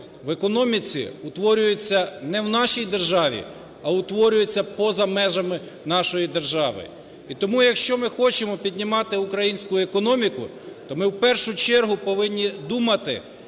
в економіці утворюється не в нашій державі, а утворюється поза межами нашої держави. І тому, якщо ми хочемо піднімати українську економіку, то ми, в першу чергу, повинні думати